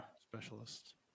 specialist